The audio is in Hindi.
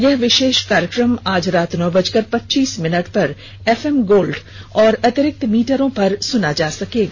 यह विशेष कार्यक्रम आज रात नौ बजकर पच्चीस मिनट पर एफएम गोल्ड और अतिरिक्त मीटरों पर सूना जा सकता है